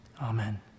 Amen